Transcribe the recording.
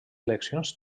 eleccions